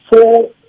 four